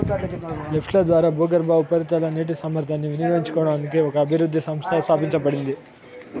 లిఫ్ట్ల ద్వారా భూగర్భ, ఉపరితల నీటి సామర్థ్యాన్ని వినియోగించుకోవడానికి ఒక అభివృద్ధి సంస్థ స్థాపించబడింది